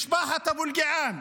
משפחת אבו אלקיעאן,